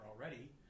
already